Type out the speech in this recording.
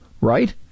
right